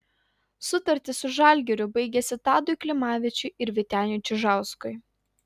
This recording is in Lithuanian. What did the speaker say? sutartys su žalgiriu baigėsi tadui klimavičiui ir vyteniui čižauskui